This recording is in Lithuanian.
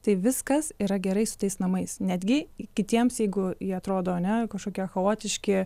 tai viskas yra gerai su tais namais netgi kitiems jeigu jie atrodo ane kažkokie chaotiški